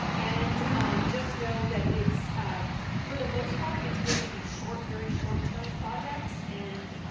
and just know that it's for the most part, it's going to be short, very short-term projects, and